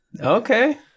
Okay